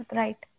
right